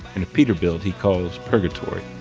in a peterbilt he calls purgatory.